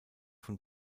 von